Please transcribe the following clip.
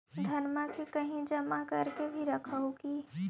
धनमा के कहिं जमा कर के भी रख हू की?